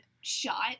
shot